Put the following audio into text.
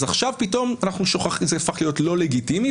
אז עכשיו פתאום זה הפך להיות לא לגיטימי,